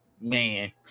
man